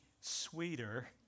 sweeter